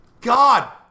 God